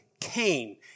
Cain